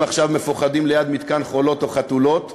עכשיו מפוחדים ליד מתקן "חולות" או חתולות,